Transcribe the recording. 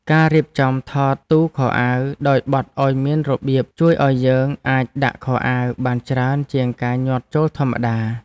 ការរៀបចំថតទូខោអាវដោយបត់ឱ្យមានរបៀបជួយឱ្យយើងអាចដាក់ខោអាវបានច្រើនជាងការញាត់ចូលធម្មតា។